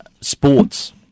sports